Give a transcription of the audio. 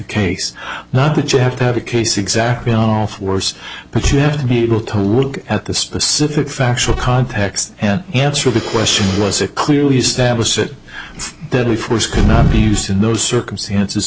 case not that you have to have a case exactly on if worse but you have to be able to look at the specific factual context and answer the question was it clearly established that deadly force could not be used in those circumstances